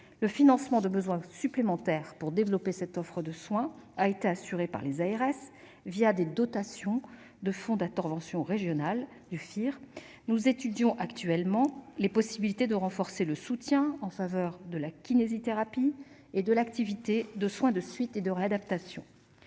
Le financement de besoins supplémentaires pour développer cette offre de soin a été assuré par les agences régionales de santé (ARS), des dotations de fonds d'intervention régionaux (FIR). Nous étudions actuellement les possibilités de renforcer le soutien en faveur de la kinésithérapie et de l'activité de soins de suite et de réadaptation.